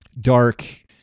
dark